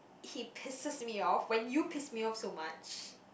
he pisses me off when you piss me off so much